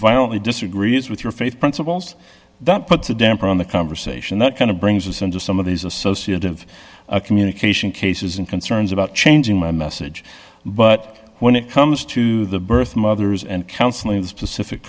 violently disagrees with your faith principles that puts a damper on the conversation that kind of brings a sense of some of these associate of communication cases and concerns about changing my message but when it comes to the birthmother's and counseling the specific